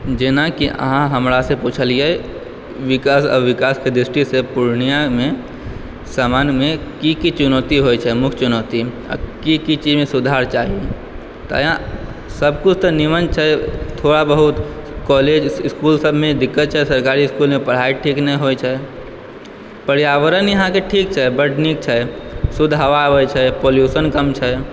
जेनाकि अहाँ हमरासँ पुछलियै विकास के दृष्टिसँ पूर्णिया मे सामान्यमे की की चुनौती होइ छै मुख्य चुनौती की की चीजमे सुधार चाही सबकिछु तऽ नीमन छै थोड़ा बहुत इसकुल कॉलेज सबमे दिक्कत छै सरकारी इसकुलमे पढाई ठीक नहि होइ छै पर्यावरण यहाँ के ठीक छै बड्ड नीक छै शुद्ध हवा आबै छै पोलूशन कम छै